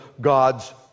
God's